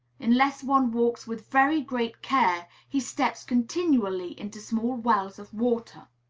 unless one walks with very great care, he steps continually into small wells of water.